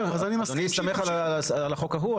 אדוני הסתמך על החוק ההוא,